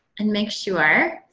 and make sure,